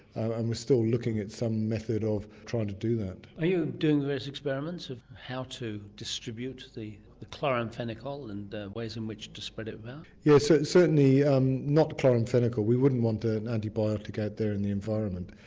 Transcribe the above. and we're still looking at some method of trying to do that. are you doing various experiments of how to distribute the the chloramphenicol and ways in which to spread it about? yeah so certainly um not chloramphenicol, we wouldn't want an antibiotic out there in the environment,